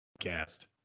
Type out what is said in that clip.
cast